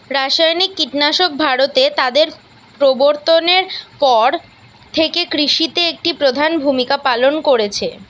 রাসায়নিক কীটনাশক ভারতে তাদের প্রবর্তনের পর থেকে কৃষিতে একটি প্রধান ভূমিকা পালন করেছে